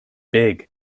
big